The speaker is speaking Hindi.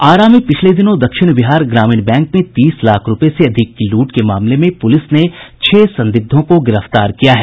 आरा में पिछले दिनों दक्षिण बिहार ग्रामीण बैंक में तीस लाख रूपये से अधिक की लूट के मामले में पुलिस ने संदिग्धों को गिरफ्तार किया है